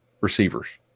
receivers